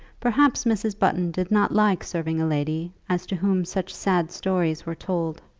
perhaps mrs. button did not like serving a lady as to whom such sad stories were told.